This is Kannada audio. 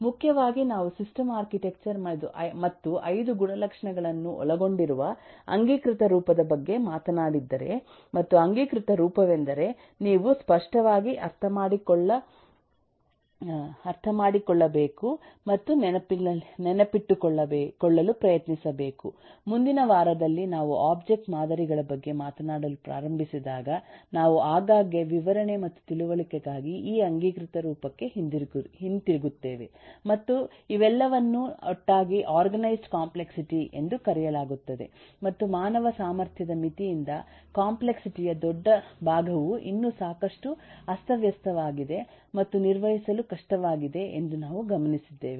ಮುಖ್ಯವಾಗಿ ನಾವು ಸಿಸ್ಟಮ್ ಆರ್ಕಿಟೆಕ್ಚರ್ ಮತ್ತು 5 ಗುಣಲಕ್ಷಣಗಳನ್ನು ಒಳಗೊಂಡಿರುವ ಅಂಗೀಕೃತ ರೂಪದ ಬಗ್ಗೆ ಮಾತನಾಡಿದ್ದಾರೆ ಮತ್ತು ಅಂಗೀಕೃತ ರೂಪವೆಂದರೆ ನೀವು ಸ್ಪಷ್ಟವಾಗಿ ಅರ್ಥಮಾಡಿಕೊಳ್ಳಬೇಕು ಮತ್ತು ನೆನಪಿಟ್ಟುಕೊಳ್ಳಲು ಪ್ರಯತ್ನಿಸಬೇಕು ಮುಂದಿನ ವಾರದಲ್ಲಿ ನಾವು ಒಬ್ಜೆಕ್ಟ್ ಮಾದರಿಗಳ ಬಗ್ಗೆ ಮಾತನಾಡಲು ಪ್ರಾರಂಭಿಸಿದಾಗ ನಾವು ಆಗಾಗ್ಗೆ ವಿವರಣೆ ಮತ್ತು ತಿಳುವಳಿಕೆಗಾಗಿ ಈ ಅಂಗೀಕೃತ ರೂಪಕ್ಕೆ ಹಿಂತಿರುಗುತ್ತೇವೆ ಮತ್ತು ಇವೆಲ್ಲವನ್ನೂ ಒಟ್ಟಾಗಿ ಆರ್ಗನೈಜ್ಡ್ ಕಾಂಪ್ಲೆಕ್ಸಿಟಿ ಎಂದು ಕರೆಯಲಾಗುತ್ತದೆ ಮತ್ತು ಮಾನವ ಸಾಮರ್ಥ್ಯದ ಮಿತಿಯಿಂದ ಕಾಂಪ್ಲೆಕ್ಸಿಟಿ ಯ ದೊಡ್ಡ ಭಾಗವು ಇನ್ನೂ ಸಾಕಷ್ಟು ಅಸ್ತವ್ಯಸ್ತವಾಗಿದೆ ಮತ್ತು ನಿರ್ವಹಿಸಲು ಕಷ್ಟವಾಗಿದೆ ಎಂದು ನಾವು ಗಮನಿಸಿದ್ದೇವೆ